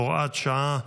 (הוראת שעה),